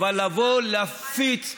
אבל לבוא להפיץ,